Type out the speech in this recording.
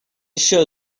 еще